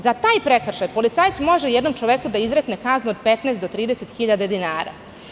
Za taj prekršaj policajac može čoveku da izrekne kaznu od 15 do 30 hiljada dinara.